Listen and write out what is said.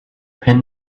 pin